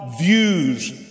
views